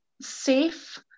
safe